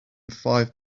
five